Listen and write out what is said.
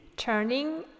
Turning